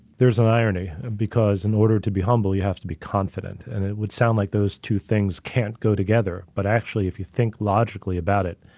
there's an irony because in order to be humble, you have to be confident and it would sound like those two things can't go together. but actually, if you think logically about it,